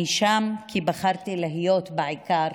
אני שם כי בחרתי להיות בעיקר